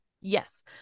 Yes